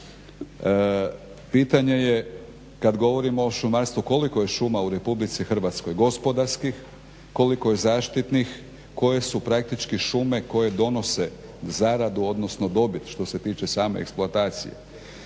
Pitanje je kad govorimo o šumarstvu koliko je šuma u RH gospodarskih, koliko je zaštitnih, koje su praktički šume koje donose zaradu, odnosno dobit što se tiče same eksploatacije.